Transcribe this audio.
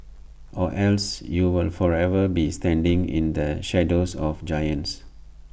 or else you will forever be standing in the shadows of giants